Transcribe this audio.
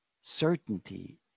certainty